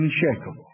unshakable